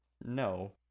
no